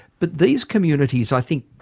but these communities i think,